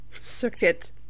circuit